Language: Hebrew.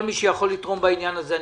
כל מי שיכול לתרום בעניין הזה,